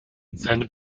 seine